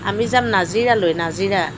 আমি যাম নাজিৰালৈ নাজিৰা